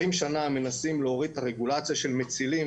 שנה מנסים להוריד את הרגולציה של מצילים,